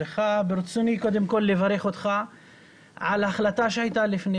ברצוני קודם כול לברך אותך על החלטה שהייתה לפני